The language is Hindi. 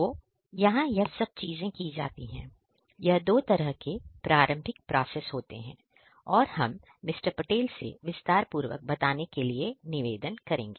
तो यहां यह सब चीजें की जाती है यह दो तरह के प्रारंभिक प्रोसेस होते हैं और हम मिस्टर पटेल से विस्तार पूर्वक बताने के लिए निवेदन करेंगे